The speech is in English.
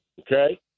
Okay